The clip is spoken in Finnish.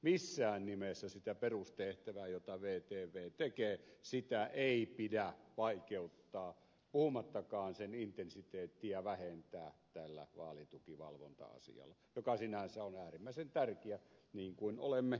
missään nimessä sitä perustehtävää jota vtv tekee ei pidä vaikeuttaa puhumattakaan sen intensiteettiä vähentää tällä vaalitukivalvonta asialla joka sinänsä on äärimmäisen tärkeä niin kuin olemme havainneet